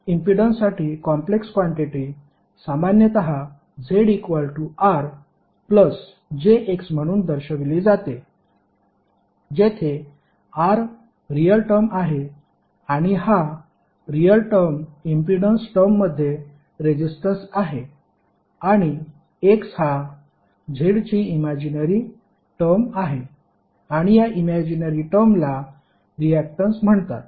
इम्पीडन्ससाठी complex quantity सामान्यत Z RjX म्हणून दर्शविली जाते जेथे R रियल टर्म आहे आणि हा रियल टर्म इम्पीडन्स टर्ममध्ये रेजिस्टन्स आहे आणि X हा Z ची इमॅजीनरी टर्म आहे आणि या इमॅजीनरी टर्मला रियाक्टन्स म्हणतात